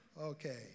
Okay